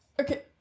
Okay